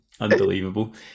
Unbelievable